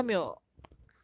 what's 澄清